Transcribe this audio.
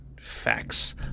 facts